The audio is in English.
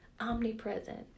omnipresent